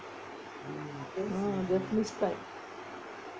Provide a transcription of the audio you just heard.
japanese